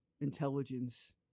intelligence